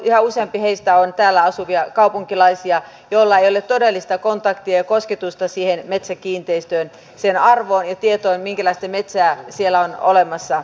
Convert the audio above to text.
yhä useampi heistä on täällä asuvia kaupunkilaisia joilla ei ole todellista kontaktia ja kosketusta siihen metsäkiinteistöön sen arvoon ja tietoon minkälaista metsää siellä on olemassa